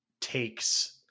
takes